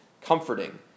comforting